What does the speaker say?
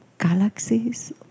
galaxies